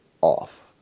off